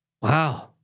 Wow